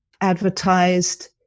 advertised